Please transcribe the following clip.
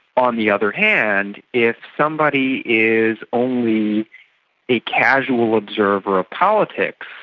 on the other hand, if somebody is only a casual observer of politics,